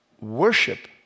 Worship